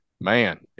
man